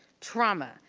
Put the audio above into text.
trauma,